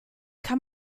kann